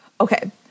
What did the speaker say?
Okay